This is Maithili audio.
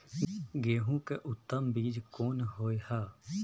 गेहूं के उत्तम बीज कोन होय है?